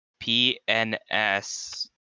PNS